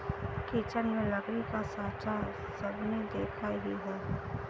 kitchen में लकड़ी का साँचा सबने देखा ही है